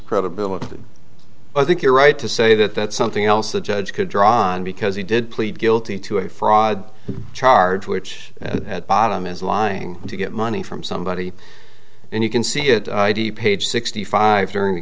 credibility i think you're right to say that that's something else the judge could draw on because he did plead guilty to a fraud charge which at bottom is lying to get money from somebody and you can see it id page sixty five during